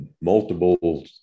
multiple